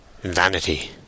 vanity